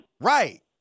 Right